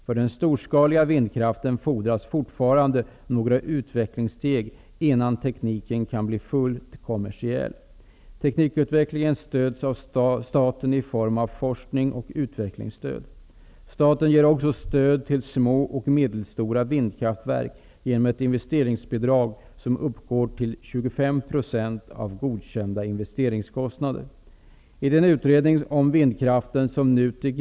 För den storskaliga vindkraften fordras fortfarande några utvecklingssteg innan tekniken kan bli fullt kommersiell. Teknikutvecklingen stöds av staten i form av forsknings och utvecklingsstöd. Staten ger också stöd till små och medelstora vindkraftverk genom ett investeringsbidrag som uppgår till 25 % av godkända investeringskostnader.